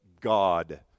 God